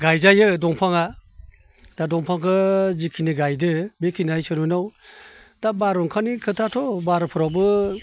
गायजायो दंफाङा दा दंफांखो जिखिनि गायदो बि खिनिया इसोरनि अननायाव दा बारहुंखानि खोथा थ' बारफोरावबो